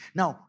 Now